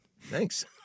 Thanks